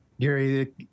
Gary